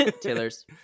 Taylor's